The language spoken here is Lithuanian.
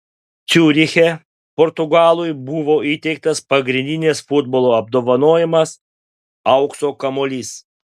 ciuriche portugalui buvo įteiktas pagrindinis futbolo apdovanojimas aukso kamuolys